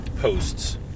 posts